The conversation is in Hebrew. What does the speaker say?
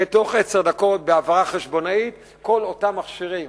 ובתוך עשר דקות, בהעברה חשבונאית, כל אותם מכשירים